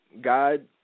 God –